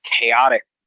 chaotic